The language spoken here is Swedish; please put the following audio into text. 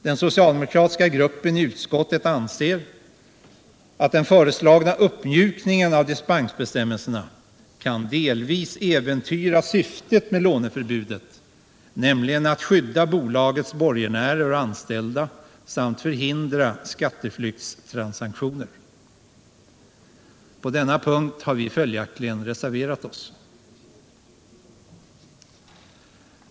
Den socialdemokratiska gruppen i utskottet anser att den föreslagna uppmjukningen av dispensbestämmelserna delvis kan äventyra syftet med låneförbudet, nämligen att skydda bolagets borgenärer och anställda samt förhindra skatteflyktstransaktioner. På denna punkt har vi följaktligen reserverat oss.